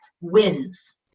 wins